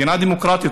מדינה דמוקרטית,